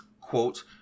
quote